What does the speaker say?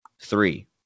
three